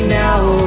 now